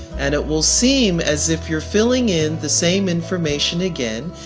and it will seem as if you're filling in the same information again,